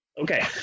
Okay